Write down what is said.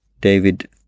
David